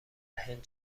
هند